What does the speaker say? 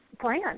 plan